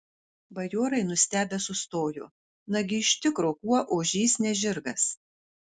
bajorai nustebę sustojo nagi iš tikro kuo ožys ne žirgas